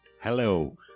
Hello